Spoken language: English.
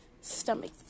Stomach